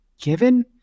given